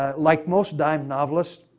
ah like most dime novelists,